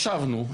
ישבנו.